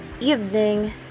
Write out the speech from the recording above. evening